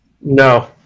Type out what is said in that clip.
No